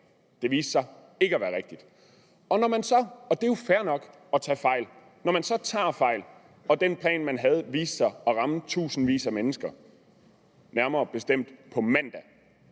Det viste sig ikke at være rigtigt. Det er jo fair nok at tage fejl, men når man så tager fejl og den plan, man havde, viste sig at ramme tusindvis af mennesker – nærmere bestemt på mandag